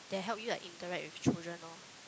that help you like interact with children lor